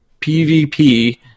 PvP